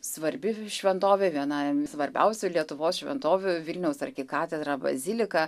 svarbi šventovė viena svarbiausių lietuvos šventovių vilniaus arkikatedra bazilika